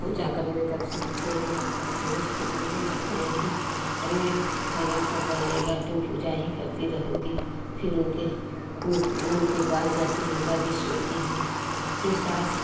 पूजा करने में तब से मेरे हसबेंड चिल्लाने लगते हैं कि अरे खाना कब बनेगा तुम पूजा ही करती रहोगी फ़िर उनके उन उनके पास जाती हूँ उनका भी सुनती हूँ फ़िर सास